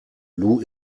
lou